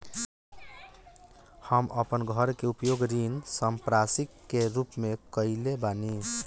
हम अपन घर के उपयोग ऋण संपार्श्विक के रूप में कईले बानी